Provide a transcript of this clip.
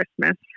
Christmas